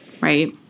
right